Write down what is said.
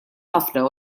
ħafna